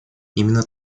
именно